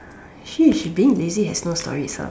actually if she being lazy is no story itself